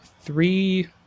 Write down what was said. three